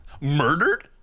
Murdered